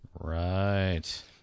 Right